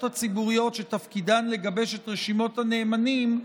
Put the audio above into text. הציבוריות שתפקידן לגבש את רשימות הנאמנים,